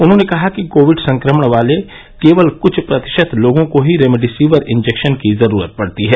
उन्होंने कहा कि कोविड संक्रमण वाले केवल कृष्ठ प्रतिशत लोगों को ही रेमेडिसविर इंजेक्शन की जरूरत पड़ती है